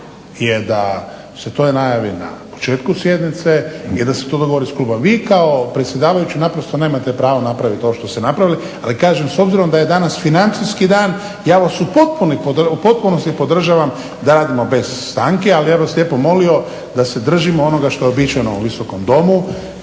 je da se to najavi na početku sjednice i da se to dogovori sa klubovima. Vi kao predsjedavajući naprosto nemate pravo napraviti ovo što ste napravili. Ali kažem, s obzirom da je danas financijski dan ja vas u potpunosti podržavam da radimo bez stanke ali ja bih vas lijepo molio da se držimo onoga što je uobičajeno u Visokom domu.